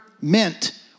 meant